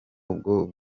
ubwo